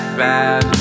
bad